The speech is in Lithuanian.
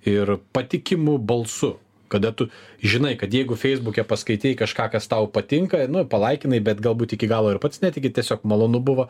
ir patikimu balsu kada tu žinai kad jeigu feisbuke paskaitei kažką kas tau patinka nu palaikinai bet galbūt iki galo ir pats netiki tiesiog malonu buvo